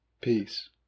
Peace